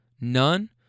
None